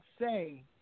say